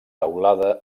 teulada